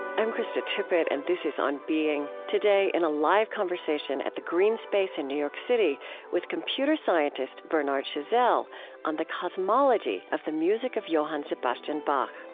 i'm krista tippett and this is on being. today in a live conversation at the greene space in new york city with computer scientist bernard chazelle on the cosmology of the music of johann sebastian bach